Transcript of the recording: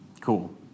Cool